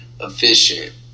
efficient